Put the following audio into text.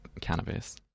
cannabis